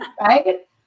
right